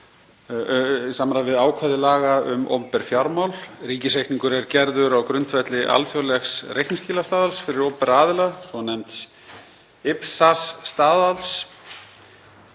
í samræmi við ákvæði laga um opinber fjármál. Ríkisreikningur er gerður á grundvelli alþjóðlegs reikningsskilastaðals fyrir opinbera aðila, svonefnds IPSAS-staðals.